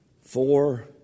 Four